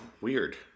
weird